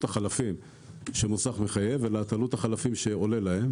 החלפים שמוסך מחייב את עלות החלפים עולה להם.